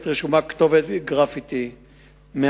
3. מה